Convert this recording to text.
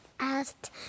Asked